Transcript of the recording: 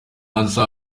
y’amasaha